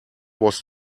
was